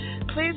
Please